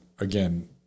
again